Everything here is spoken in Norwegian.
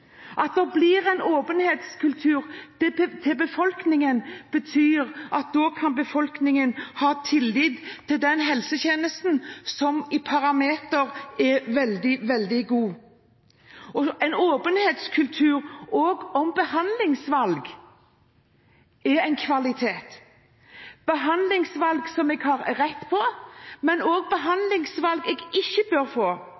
At det blir en åpenhetskultur for befolkningen, betyr at da kan befolkningen ha tillit til den helsetjenesten som i parametere er veldig, veldig god. En åpenhetskultur også om behandlingsvalg er en kvalitet – behandlingsvalg som man har rett på, men også behandlingsvalg man ikke bør få.